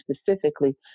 specifically